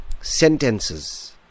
sentences